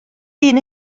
hun